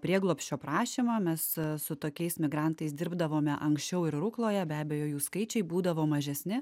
prieglobsčio prašymą mes su tokiais migrantais dirbdavome anksčiau ir rukloje be abejo jų skaičiai būdavo mažesni